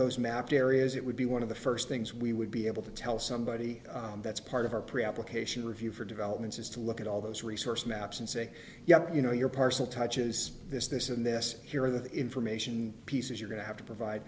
those mapped areas it would be one of the first things we would be able to tell somebody that's part of our pre application review for develop and has to look at all those resource maps and say yeah you know your parcel touches this this and this here the information pieces you're going to have to provide